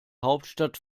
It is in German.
hauptstadt